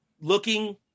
looking